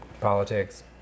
politics